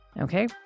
Okay